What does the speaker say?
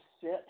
sit